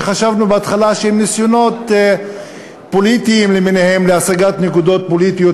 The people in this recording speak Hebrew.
שחשבנו בהתחלה שהם ניסיונות פוליטיים למיניהם להשגת נקודות פוליטיות,